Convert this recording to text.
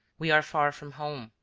we are far from home,